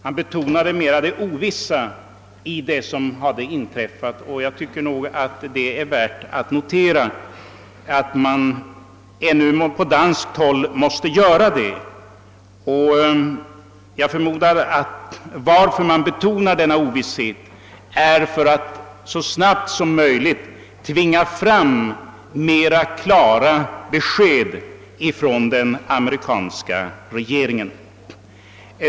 Han betonade i större utsträckning än statsministern det ovissa i det som inträffat, och jag tycker det är värt att notera att man på dansk sida ännu måste göra det. Jag förmodar att man betonar denna ovisshet för att så snabbt som möjligt få fram klarare besked från den amerikanska regeringen.